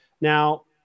Now